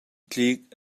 tlik